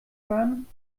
fahren